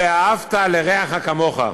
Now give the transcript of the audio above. ואהבת לרעך כמוך,